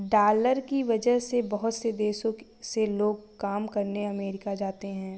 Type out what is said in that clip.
dollar की वजह से बहुत से देशों से लोग काम करने अमरीका जाते हैं